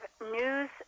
news